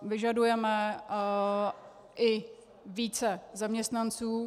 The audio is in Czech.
Vyžadujeme i více zaměstnanců.